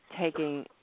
taking